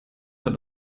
hat